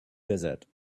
desert